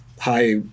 high